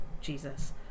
jesus